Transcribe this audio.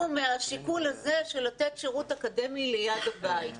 מהשיקול הזה של לתת שירות אקדמי ליד הבית.